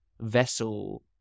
vessel